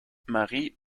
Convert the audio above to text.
marie